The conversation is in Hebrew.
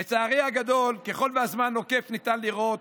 לצערי הגדול, ככל שהזמן נוקף, ניתן לראות